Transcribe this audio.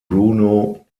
bruno